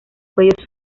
cuello